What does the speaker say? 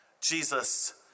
Jesus